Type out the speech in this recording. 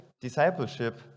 discipleship